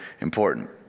important